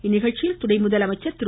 இந்நிகழ்ச்சியில் துணை முதலமைச்சர் திரு